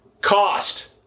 Cost